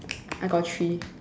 I got three